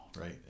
right